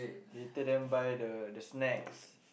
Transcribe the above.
later then buy the the snacks